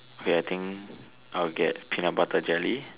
wait I think I will get peanut butter jelly